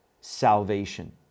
salvation